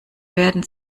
werden